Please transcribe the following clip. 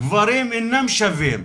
גברים אינם שווים,